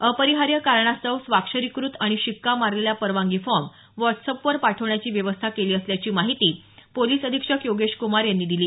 अपरिहार्य कारणास्तव स्वाक्षरीकृत आणि शिक्का मारलेला परवानगी फॉर्म व्हॉट्सअॅपवर पाठवण्याची व्यवस्था केली असल्याची माहिती पोलिस अधीक्षक योगेश कुमार यांनी दिली